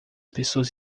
pessoas